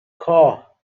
کاه